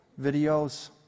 videos